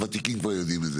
הוותיקים כבר יודעים את זה